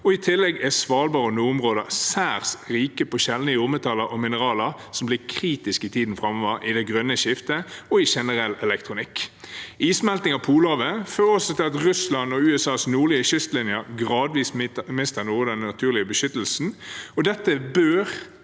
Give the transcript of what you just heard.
I tillegg er Svalbard og nordområdene særs rike på sjeldne jordmetaller og mineraler, noe som blir kritisk i tiden framover i det grønne skiftet og i generell elektronikk. Issmelting av Polhavet fører også til at Russlands og USAs nordlig kystlinjer gradvis mister noe av den naturlige beskyttelsen. Dette bør